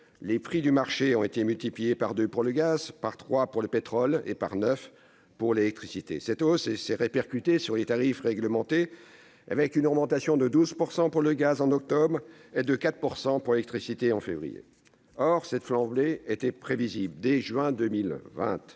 les prix de marché ont été multipliés par deux pour le gaz, par trois pour le pétrole et par neuf pour l'électricité. Cette hausse s'est répercutée sur les tarifs réglementés, avec une augmentation de 12 % pour le gaz, en octobre, et de 4 % pour l'électricité, en février. Or cette flambée était prévisible : dès juin 2020,